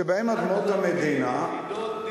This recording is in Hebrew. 9,000 יחידות דיור.